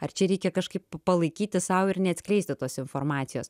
ar čia reikia kažkaip palaikyti sau ir neatskleisti tos informacijos